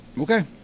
okay